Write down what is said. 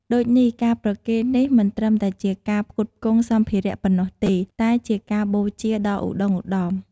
ដូចនេះការប្រគេននេះមិនត្រឹមតែជាការផ្គត់ផ្គង់សម្ភារៈប៉ុណ្ណោះទេ តែជាការបូជាដ៏ឧត្តុង្គឧត្តម។